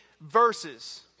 Verses